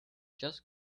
just